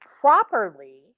properly